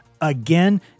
again